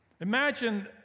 Imagine